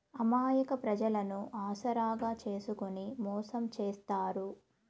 అమాయక ప్రజలను ఆసరాగా చేసుకుని మోసం చేత్తారు